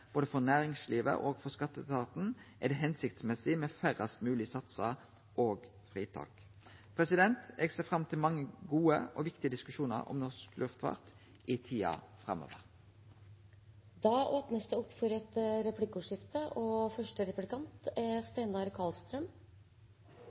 både for næringslivet og for skatteetaten, er det tenleg med færrast mogeleg satsar og fritak. Eg ser fram til mange gode og viktige diskusjonar om norsk luftfart i tida framover. Det